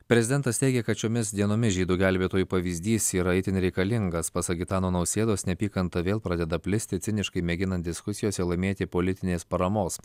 prezidentas teigia kad šiomis dienomis žydų gelbėtojų pavyzdys yra itin reikalingas pasak gitano nausėdos neapykanta vėl pradeda plisti ciniškai mėginant diskusijose laimėti politinės paramos